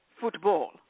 football